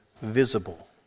visible